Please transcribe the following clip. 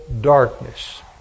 darkness